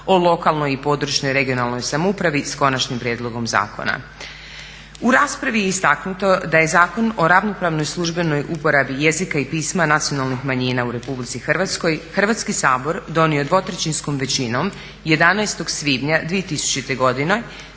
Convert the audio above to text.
o lokalnoj i područnoj (regionalnoj) samoupravi, s Konačnim prijedlogom zakona. U raspravi je istaknuto da je Zakon o ravnopravnoj službenoj uporabi jezika i pisma nacionalnih manjina u RH Hrvatski sabor donio dvotrećinskom većinom 11.svibnja 2000.godine